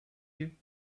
you